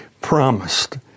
promised